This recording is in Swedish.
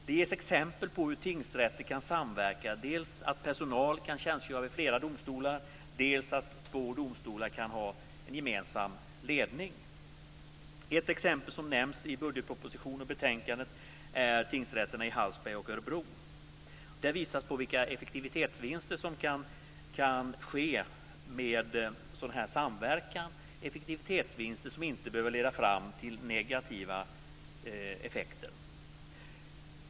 Det ges exempel på hur tingsrätter kan samverka, t.ex. att personal kan tjänstgöra vid flera domstolar och att två domstolar kan ha en gemensam ledning. Ett exempel som nämns i budgetpropositionen och betänkandet är tingsrätterna i Hallsberg och Örebro. Där visas vilka effektivitetsvinster som kan uppnås genom en sådan samverkan. Det handlar om effektivitetsvinster som inte behöver leda fram till negativa effekter.